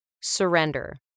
surrender